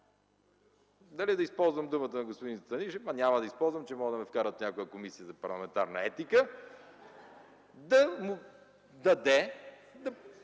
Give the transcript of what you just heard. Дали да използвам думата на господин Станишев? Няма да я използвам, че може да ме вкарат в някоя Комисия за парламентарна етика (смях